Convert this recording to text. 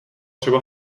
třeba